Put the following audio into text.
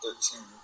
thirteen